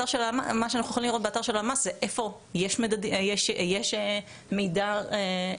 מה שאנחנו יכולים לראות באתר של הלמ"ס זה איפה יש מידע בלמ"ס,